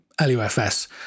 LUFS